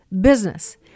business